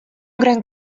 gran